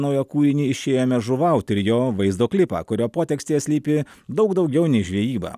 naują kūrinį išėjome žuvaut ir jo vaizdo klipą kurio potekstėje slypi daug daugiau nei žvejyba